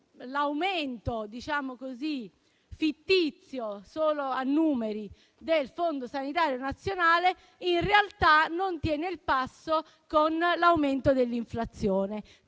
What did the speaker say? l'aumento fittizio, solo a numeri, del Fondo sanitario nazionale, in realtà non tiene il passo con l'aumento dell'inflazione.